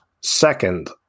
second